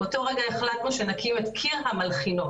באותו רגע החלטנו שנקים את קיר המלחינות,